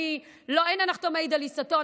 אין הנחתום מעיד על עיסתו,